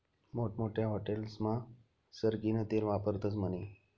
मोठमोठ्या हाटेलस्मा सरकीनं तेल वापरतस म्हने